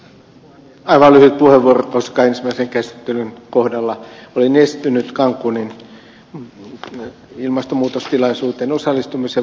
aivan lyhyt puheenvuoro koska ensimmäisen käsittelyn kohdalla olin estynyt cancunin ilmastonmuutostilaisuuteen osallistumisen vuoksi